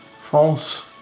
France